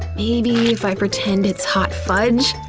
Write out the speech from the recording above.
maybe if i pretend it's hot fudge,